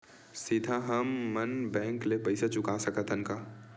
सीधा हम मन बैंक ले पईसा चुका सकत हन का?